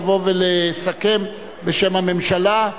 לבוא ולסכם בשם הממשלה.